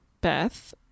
Beth